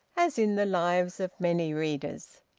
as in the lives of many readers.